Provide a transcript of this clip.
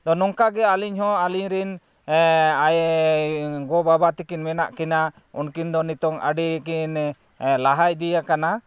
ᱟᱫᱚ ᱱᱚᱝᱠᱟ ᱜᱮ ᱟᱹᱞᱤᱧ ᱦᱚᱸ ᱟᱹᱞᱤᱧ ᱨᱮᱱ ᱜᱚ ᱵᱟᱵᱟ ᱛᱟᱹᱠᱤᱱ ᱢᱮᱱᱟᱜ ᱠᱤᱱᱟᱹ ᱩᱱᱠᱤᱱ ᱫᱚ ᱱᱤᱛᱚᱝ ᱟᱹᱰᱤ ᱠᱤᱱ ᱞᱟᱦᱟ ᱤᱫᱤᱭᱟᱠᱟᱱᱟ